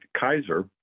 Kaiser